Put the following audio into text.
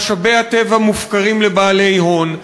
משאבי הטבע מופקרים לבעלי הון,